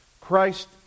Christ